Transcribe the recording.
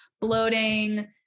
bloating